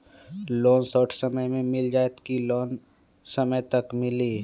Loan short समय मे मिल जाएत कि लोन समय तक मिली?